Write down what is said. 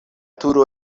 turo